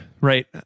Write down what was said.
right